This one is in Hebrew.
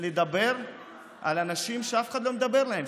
לדבר על אנשים שאף אחד לא מדבר עליהם,